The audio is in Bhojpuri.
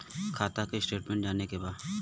खाता के स्टेटमेंट जाने के बा?